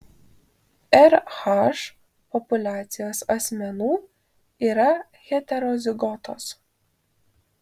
rh populiacijos asmenų yra heterozigotos